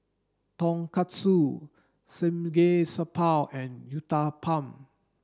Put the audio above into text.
Tonkatsu Samgeyopsal and Uthapam